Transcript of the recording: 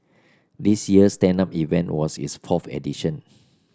this year's stand up event was its fourth edition